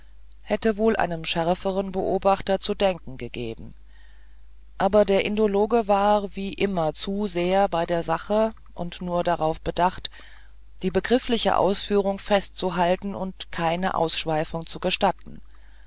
hätte wohl einem schärferen beobachter zu denken gegeben aber der indologe war wie immer zu sehr bei der sache und nur darauf bedacht die begriffliche ausführung festzuhalten und keine abschweifung zu gestatten